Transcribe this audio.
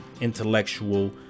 intellectual